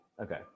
okay